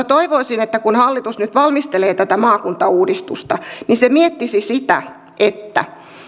toivoisin että kun hallitus nyt valmistelee tätä maakuntauudistusta niin se miettisi sitä että